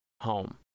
home